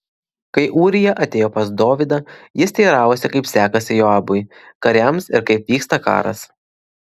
kai ūrija atėjo pas dovydą jis teiravosi kaip sekasi joabui kariams ir kaip vyksta karas